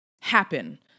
happen